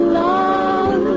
long